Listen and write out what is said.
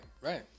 right